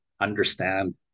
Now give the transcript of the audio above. understand